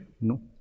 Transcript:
No